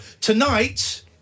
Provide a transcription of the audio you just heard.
tonight